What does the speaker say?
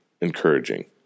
encouraging